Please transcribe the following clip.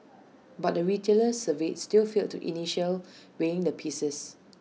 but the retailers surveyed still failed to initiate weighing the pieces